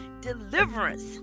deliverance